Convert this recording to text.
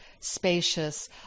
spacious